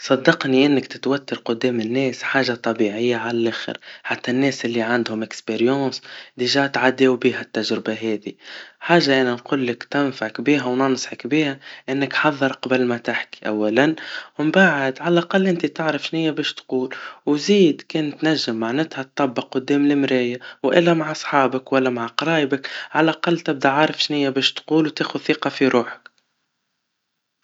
صدقني إنك تتوتر قدام الناس حاجا طبيعيا عالآخر, حتى الناس عندهم خبرا, من قبل عدوا بهاي التجربا هذي, حاجاا أنا نقلولك تنفعك بيها وننصحك بيها إنك حذر قبال ما تحكي أولاً, ومن بعد عالاقل انت تعرف نيا بايش تقول, وزيد كنت نجم طبق معناتها قدام لمرايا, وإلا مع صحابك ولا مع قرايبك, عالاقل تبدا عارف شنيا بايش تقول وتاخد ثقا في روحك.